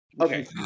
Okay